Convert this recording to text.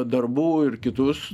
darbų ir kitus